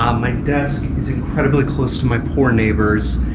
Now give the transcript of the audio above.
um my desk is incredibly close to my poor neighbors,